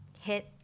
hit